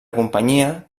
companyia